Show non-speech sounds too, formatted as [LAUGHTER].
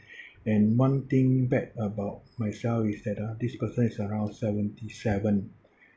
[BREATH] and one thing bad about myself is that uh this person is around seventy seven